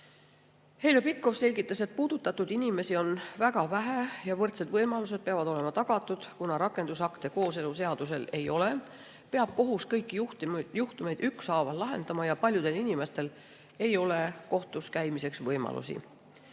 et [uuest] seadusest puudutatud inimesi on väga vähe ja võrdsed võimalused peavad olema tagatud. Ent kuna rakendusakte kooseluseadusel ei ole, peab kohus kõiki juhtumeid ükshaaval lahendama ja paljudel inimestel ei ole kohtus käimiseks võimalusi.